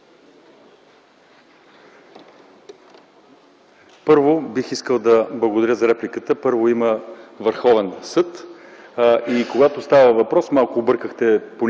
Първо, бих искал да благодаря за репликата. Има Върховен съд и когато става въпрос ..., малко объркахте понятията.